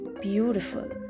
beautiful